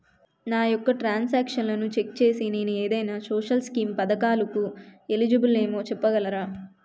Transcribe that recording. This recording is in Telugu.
నా యెక్క ట్రాన్స్ ఆక్షన్లను చెక్ చేసి నేను ఏదైనా సోషల్ స్కీం పథకాలు కు ఎలిజిబుల్ ఏమో చెప్పగలరా?